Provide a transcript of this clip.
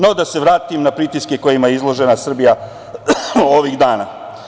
No, da se vratim na pritiske kojima je izložena Srbija ovih dana.